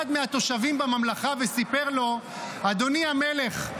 מהתושבים בממלכה וסיפר לו: אדוני המלך,